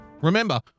Remember